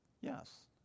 Yes